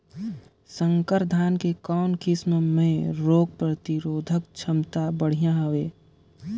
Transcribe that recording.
संकर धान के कौन किसम मे रोग प्रतिरोधक क्षमता बढ़िया हवे?